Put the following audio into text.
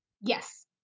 yes